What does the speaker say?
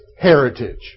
heritage